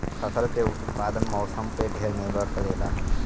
फसल के उत्पादन मौसम पे ढेर निर्भर करेला